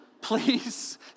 Please